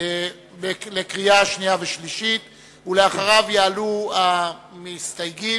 לקריאה שנייה ושלישית, ואחריו יעלו המסתייגים,